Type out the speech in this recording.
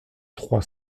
trois